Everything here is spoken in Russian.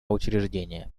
учреждения